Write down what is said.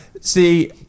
See